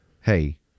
hey